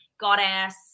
goddess